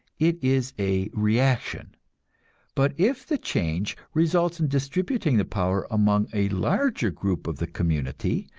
it is a reaction but if the change results distributing the power among a larger group of the community,